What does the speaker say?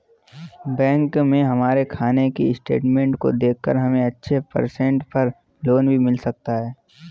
bank में हमारे खाने की स्टेटमेंट को देखकर हमे अच्छे परसेंट पर लोन भी मिल सकता है